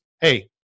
Hey